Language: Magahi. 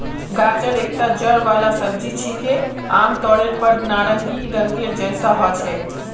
गाजर एकता जड़ वाला सब्जी छिके, आमतौरेर पर नारंगी रंगेर जैसा ह छेक